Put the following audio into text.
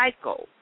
cycle